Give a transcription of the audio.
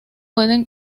pueden